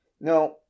Now